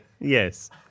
Yes